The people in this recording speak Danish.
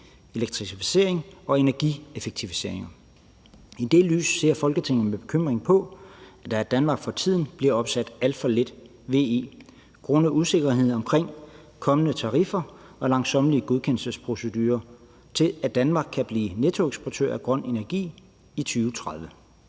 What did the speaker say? elektrificering og energieffektivisering. I det lys ser Folketinget med bekymring på, at der i Danmark for tiden bliver opsat alt for lidt VE grundet usikkerheden omkring kommende tariffer og langsommelige godkendelsesprocedurer til, at Danmark kan blive nettoeksportør af grøn energi i 2030.